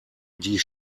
die